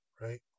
right